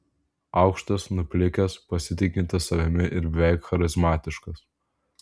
aukštas nuplikęs pasitikintis savimi ir beveik charizmatiškas